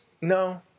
no